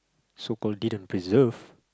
so called didn't preserve